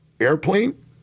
airplane